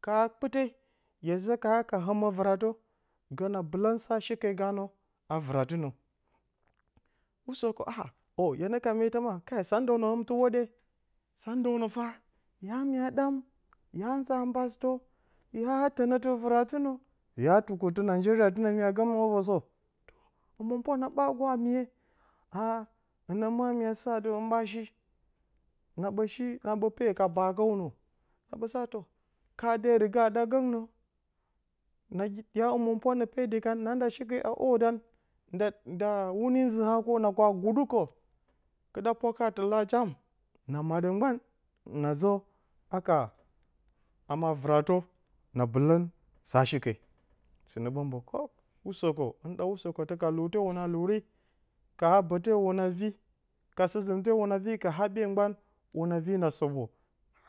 Ka haa, kpite, hye zə ke, a haka vɨratə, gə na bɨ lə sa shi ke ganə a vɨratɨnə. usəkə ah o, hye nə, ka metə maa, kai san dəw nə metɨ hwoɗye, san dəw nə fah ya mya ɗam, ya nza a mbasɨtə ya tənətt, vɨratə, ya tukuttɨ najeeriya tɨnə mya gəmə vorsə, həmɨnpwa nə ɓaa gwaa miye, aa hɨnə maa mya sa a adɨ hɨn ɓashi, na ɓə peo ka baag əwnə, na ɓəsaa təw, nagiya hamɨnpwa nə peedi kan, na nda shike a hwoɗan nda dɨ, wuni zɨ haa kwo, na kwaa guɗɨ kə, kɨɗa həmɨnpwa kana tɨl haa jam, naa maɗə gban na zə haka hama vɨratə na bɨlən sa shi ke, sɨ nə ɓə mbə, kək, usəkə, hɨn ɗaa usəkətə ka lute hwuna luri, ka hra bəte hwuna vii, ka st zɨmte hwuna vi ka haɓye gban wuna vi na soɓə,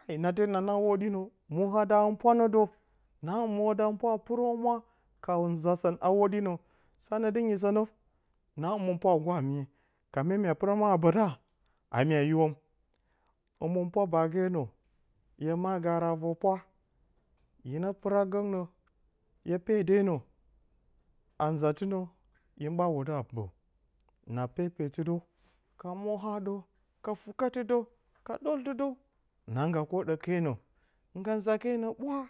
kai nate na naa hwodi nə mwoha da həminpwa nə də naa mwo ha da həminpwa a pirə humwa ka nza sə a hwoɗi nə sanə na dɨ nyisə nə na həmɨnpwa a gwaa miye ka mya pɨrə mə has bə ta a na mya hiwomi. Həmɨnpwa baagenə, hye maa gaarə a vor pwa, hinə pɨra, gəgnə, hye pedenə hin ɓaa wudə a bə. Na pepeti dəw, ka mwo ha dəw. k ka fɨkatɨ dow ka dwoltɨ dəw na ngga kwoɗə ke nə ngga nza a kenə ɓwaa.